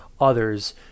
others